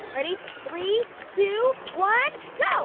ready? three, two, one, go